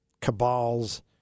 cabals